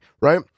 right